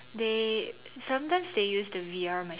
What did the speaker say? they sometimes they use the V_R machine